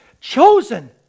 chosen